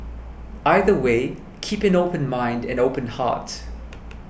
either way keep an open mind and open heart